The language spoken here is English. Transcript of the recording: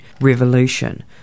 revolution